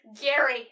Gary